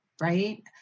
Right